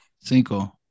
Cinco